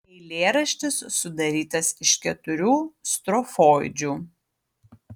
eilėraštis sudarytas iš keturių strofoidžių